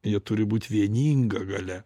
jie turi būt vieninga galia